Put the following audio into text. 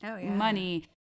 money